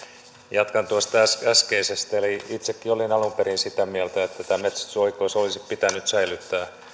jatkan tuosta äskeisestä eli itsekin olin alun perin sitä mieltä että metsästysoikeus olisi pitänyt säilyttää